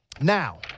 Now